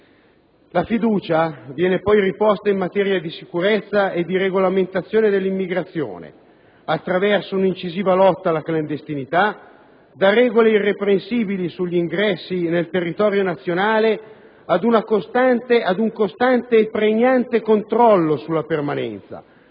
La fiducia viene poi riposta in materia di sicurezza e di regolamentazione dell'immigrazione, attraverso un'incisiva lotta alla clandestinità: da regole irreprensibili sugli ingressi nel territorio nazionale ad un costante e pregnante controllo sulla permanenza,